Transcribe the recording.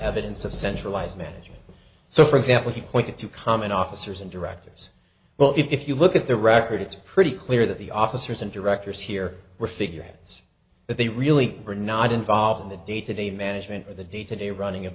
evidence of centralized management so for example he pointed to common officers and directors well if you look at their record it's pretty clear that the officers and directors here were figureheads but they really were not involved in the day to day management or the day to day running of